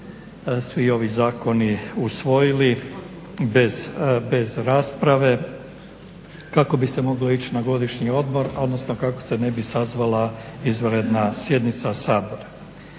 svi ovi zakoni usvojili bez rasprave kako bi se moglo ići na godišnji odmor, odnosno kako se ne bi sazvala izvanredna sjednica Sabora.